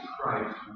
Christ